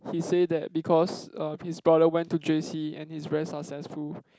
he say that because er his brother went to j_c and he's very successful